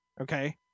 okay